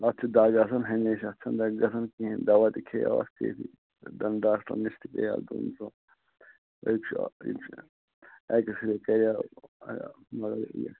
اَتھ چھِ دَگ آسان ہَمیشہِ اَتھ چھُنہٕ دَگہِ گَژھان کِہیٖنٛۍ دَوا تہِ کھیٚیٛاو اتھٕ پیٚٹھی دَنٛد ڈاکٹرَن نِش تہِ گٔیاس دۅن اِن شاٹ اِن شاٹ ایٚکٕس ریٚے کَریاو مگر مگر یہِ